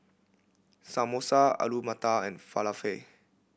Samosa Alu Matar and Falafel